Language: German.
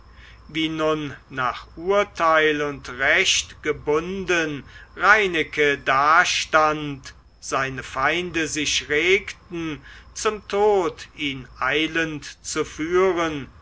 wie nun nach urteil und recht gebunden reineke dastand seine feinde sich regten zum tod ihn eilend zu führen